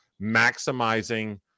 maximizing